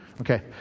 Okay